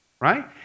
right